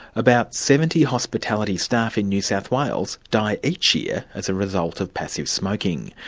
about seventy hospitality staff in new south wales die each year as a result of passive smoking.